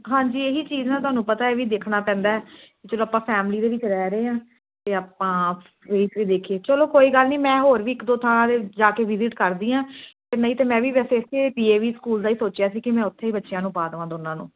ਹਾਂਜੀ ਇਹੀ ਚੀਜ਼ ਨਾ ਤੁਹਾਨੂੰ ਪਤਾ ਏ ਵੀ ਦੇਖਣਾ ਪੈਂਦਾ ਜਦੋਂ ਆਪਾਂ ਫੈਮਲੀ ਦੇ ਵਿੱਚ ਰਹਿ ਰਹੇ ਹਾਂ ਅਤੇ ਆਪਾਂ ਇਹ ਚੀਜ਼ ਦੇਖੀਏ ਚਲੋ ਕੋਈ ਗੱਲ ਨਹੀਂ ਮੈਂ ਹੋਰ ਵੀ ਇੱਕ ਦੋ ਥਾਵਾਂ 'ਤੇ ਜਾ ਕੇ ਵਿਜਿਟ ਕਰਦੀ ਹਾਂ ਅਤੇ ਨਹੀਂ ਤਾਂ ਮੈਂ ਵੀ ਵੈਸੇ ਇੱਥੇ ਡੀ ਏ ਵੀ ਸਕੂਲ ਦਾ ਹੀ ਸੋਚਿਆ ਸੀ ਕਿ ਮੈਂ ਉੱਥੇ ਹੀ ਬੱਚਿਆਂ ਨੂੰ ਪਾ ਦੇਵਾਂ ਦੋਨਾਂ ਨੂੰ